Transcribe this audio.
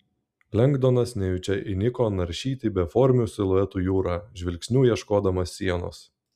lengdonas nejučia įniko naršyti beformių siluetų jūrą žvilgsniu ieškodamas sienos